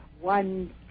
one